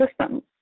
systems